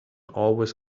always